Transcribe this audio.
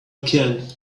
can